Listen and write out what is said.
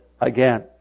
again